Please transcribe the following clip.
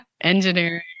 engineering